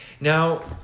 Now